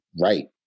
right